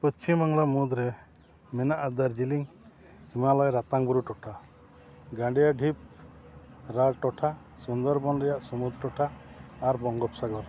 ᱯᱚᱪᱪᱷᱤᱢ ᱵᱟᱝᱞᱟ ᱢᱩᱫᱽᱨᱮ ᱢᱮᱱᱟᱜᱼᱟ ᱫᱟᱨᱡᱤᱞᱤᱝ ᱦᱤᱢᱟᱞᱚᱭ ᱨᱟᱛᱟᱝ ᱵᱩᱨᱩ ᱴᱚᱴᱷᱟ ᱜᱟᱝᱜᱮᱭ ᱰᱷᱤᱯ ᱨᱟᱲ ᱴᱚᱴᱷᱟ ᱥᱩᱱᱫᱚᱨᱵᱚᱱ ᱨᱮᱭᱟᱜ ᱥᱟᱹᱢᱩᱫ ᱴᱚᱴᱷᱟ ᱟᱨ ᱵᱚᱝᱜᱳᱯᱥᱟᱜᱚᱨ